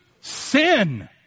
sin